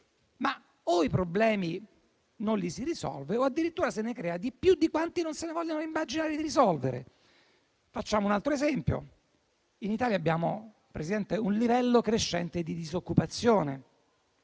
Ma o i problemi non li si risolve o addirittura se ne creano più di quanti non se ne vogliano immaginare di risolvere. Facciamo un altro esempio: in Italia abbiamo un livello crescente di disoccupazione.